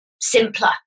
simpler